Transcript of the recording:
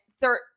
third